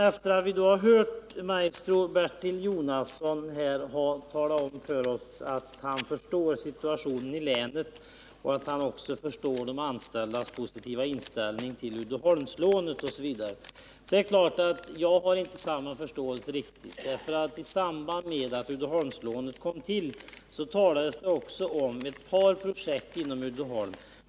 Maestro Bertil Jonasson har talat om för oss att han förstår situationen i länet och även de anställdas positiva inställning till Uddeholmslånet. Jag har emellertid inte samma förståelse, för i samband med att Uddeholmslånet kom till talades det också om ett par projekt inom Uddeholm.